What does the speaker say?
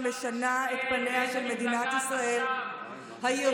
שמשנה את פניה של מדינת ישראל כמה אפשר לשקר,